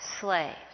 slaves